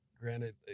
granted